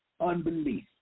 unbelief